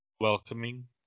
welcoming